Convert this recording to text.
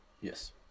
Yes